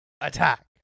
attack